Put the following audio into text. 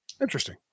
interesting